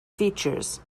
features